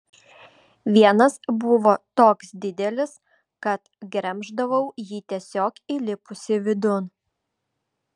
vienas buvo toks didelis kad gremždavau jį tiesiog įlipusi vidun